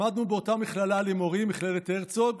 למדנו באותה מכללה למורים, מכללת הרצוג,